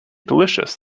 delicious